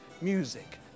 music